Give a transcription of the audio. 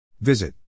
Visit